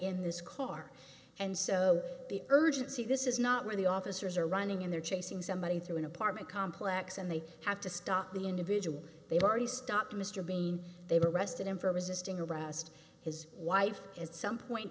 in this car and so the urgency this is not where the officers are running and they're chasing somebody through an apartment complex and they have to stop the individual they've already stopped mr bean they were arrested him for resisting arrest his wife has some point